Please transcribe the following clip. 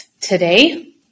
today